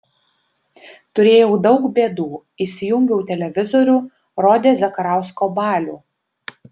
turėjau daug bėdų įsijungiau televizorių rodė zakarausko balių